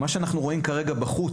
מה שאנחנו רואים בחוץ,